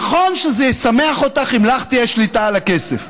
נכון שישמח אותך אם לך תהיה שליטה על הכסף.